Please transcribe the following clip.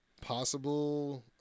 Possible